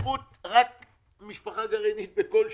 צפיפות רק משפחה גרעינית בכל שולחן.